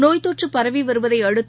நோய் தொற்றபரவிவருவதைஅடுத்து